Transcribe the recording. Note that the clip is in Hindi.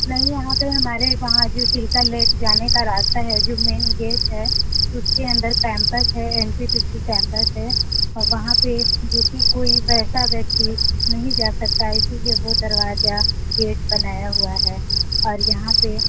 नही यहाँ पे हमारे वहाँ जो चिल्का लेक है जाने का रास्ता है जो मैन गेट है उसके अन्दर केम्पस है N T P C campus है वहाँ पे जो की कोई वैसा व्यक्ति नहीं जा सकता इसीलिये वो दरवाज़ा गेट बनाया हुआ है और यहाँ पे